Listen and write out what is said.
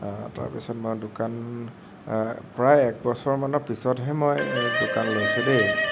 তাৰপিছত মই দোকান প্ৰায় একবছৰমানৰ পিছতহে মই এই দোকান লৈছোঁ দেই